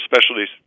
Specialties